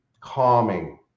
calming